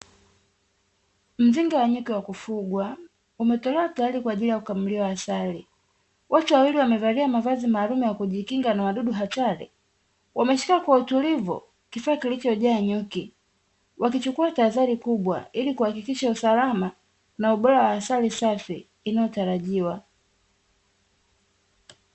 Mzinga wa nyuki wa kufugwa, umetolewa tayari kwa ajili ya kukamliwa asali. Watu wawili wamevalia mavazi maalumu ya kujikinga na wadudu hatari, wameshika kwa utulivu kifaa kilichojaa nyuki, wakichukua tahadhari kubwa ili kuhakikisha usalama, na ubora wa asali safi, inayotarajiwa.